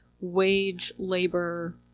wage-labor